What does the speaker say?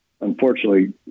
unfortunately